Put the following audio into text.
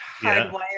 hardwired